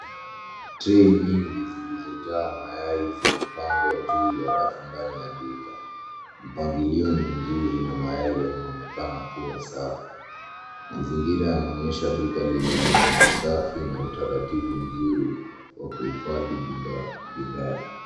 Tray nyingi zilizojaa mayai zimepangwa juu ya rafu ndani ya duka. Mpangilio ni mzuri na mayai yanaonekana kuwa safi. Mazingira yanaonyesha duka lililo na usafi na utaratibu mzuri wa kuhifadhi bidhaa.